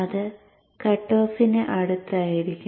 അത് കട്ട് ഓഫിന് അടുത്തായിരിക്കും